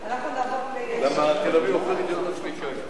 ואתה תשאיר אותם, הם